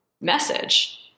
message